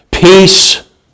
peace